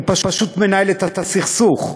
הוא פשוט מנהל את הסכסוך,